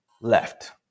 left